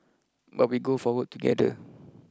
but we go forward together